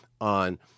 on